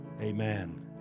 amen